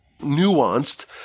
nuanced